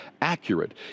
accurate